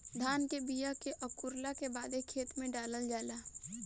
धान के बिया के अंकुरला के बादे खेत में डालल जाला